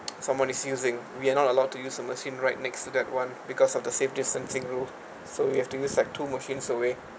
someone is using we are not allowed to use the machine right next to that [one] because of the safe distancing rule so you have to use like two machines away